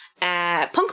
Punk